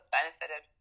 benefited